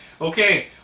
Okay